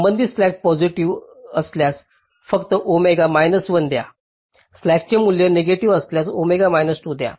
संबंधित slack positive असल्यास फक्त ओमेगा 1 द्या स्लॅकचे मूल्य नेगेटिव्ह असल्यास ओमेगा 2 द्या